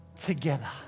together